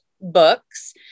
books